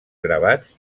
gravats